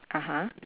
(uh huh)